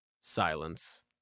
Silence